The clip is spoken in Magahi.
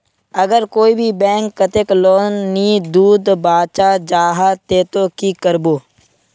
अगर कोई भी बैंक कतेक लोन नी दूध बा चाँ जाहा ते ती की करबो?